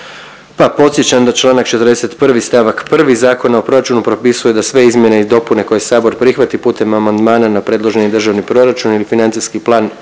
pa podsjećam da čl. 41. st. 1. Zakona o proračunu propisuje da sve izmjene i dopune koje Sabor prihvati putem amandmana na predloženi državni proračun ili financijski plan